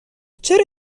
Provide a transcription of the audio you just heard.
چرا